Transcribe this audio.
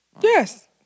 Yes